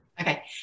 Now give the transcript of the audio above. Okay